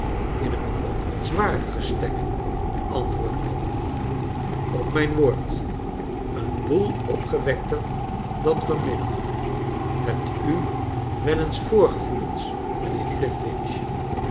in een bewonderens waardige stemming antwoordde blandois op mijn woord een boel opgewekter dan van middag hebt u wel eens voorgevoelens